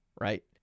right